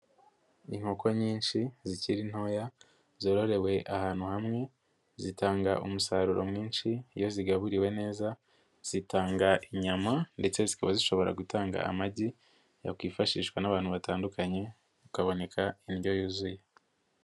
Inkoko nyinshi zikiri ntoya zororewe ahantu hamwe, zitanga umusaruro mwinshi iyo zigaburiwe neza zitanga inyama ndetse zikaba zishobora gutanga amagi yakwifashishwa n'abantu batandukanye, hakaboneka indyo yuzuye.